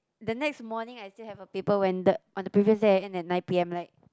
the next morning I still have a paper when the on the previous day I end at nine P_M like